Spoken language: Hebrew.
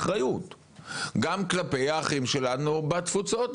אחריות גם כלפי האחים שלנו בתפוצות,